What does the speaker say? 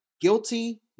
guilty